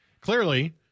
Clearly